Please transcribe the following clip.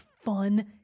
fun